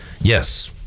Yes